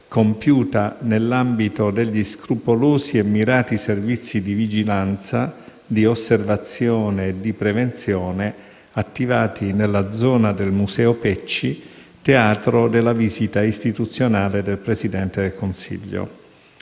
compiuta nell'ambito degli scrupolosi e mirati servizi di vigilanza, osservazione e prevenzione attivati nella zona del museo Pecci, teatro della visita istituzionale del Presidente del Consiglio;